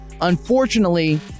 Unfortunately